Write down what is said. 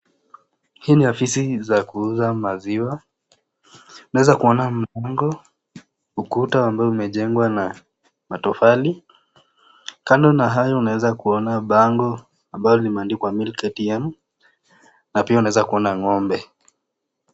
Hii ni ofisi za kuuza maziwa, unaweza kuona bango, ukuta ambao umejengwa na matofali, kando na hayo unaweza kuona bango ambalo imeandikwa Milk ATM na pia unaweza kuona ng'ombe.